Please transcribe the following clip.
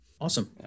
Awesome